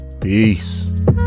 Peace